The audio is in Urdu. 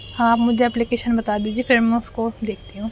ہاں آپ مجھے اپپلیکیشن بتا دیجیے پھر میں اس کو دیکھتی ہوں